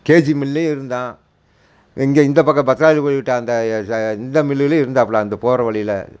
KG மில்லேயும் இருந்தான் இங்கே இந்த பக்கம் பஸ்டாண்டு போய் விட்டால் அந்த இந்த மில்லுலேயும் இருந்தாப்புல அந்த போகிற வழியில்